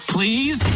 Please